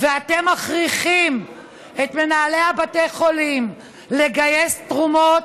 ואתם מכריחים את מנהלי בתי החולים לגייס תרומות,